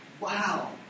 wow